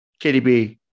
KDB